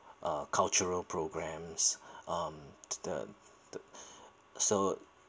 uh cultural programmes um the t~ so